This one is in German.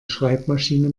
schreibmaschine